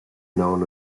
known